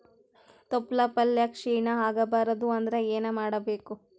ತೊಪ್ಲಪಲ್ಯ ಕ್ಷೀಣ ಆಗಬಾರದು ಅಂದ್ರ ಏನ ಮಾಡಬೇಕು?